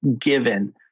given